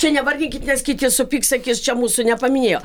čia nevardinkit nes kiti supyks sakys čia mūsų nepaminėjo